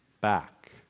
back